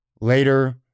later